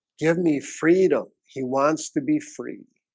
give me freedom. he wants to be free